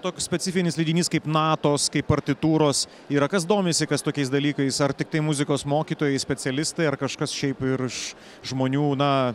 toks specifinis leidinys kaip natos kaip partitūros yra kas domisi kas tokiais dalykais ar tiktai muzikos mokytojai specialistai ar kažkas šiaip virš žmonių na